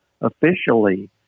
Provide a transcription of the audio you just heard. officially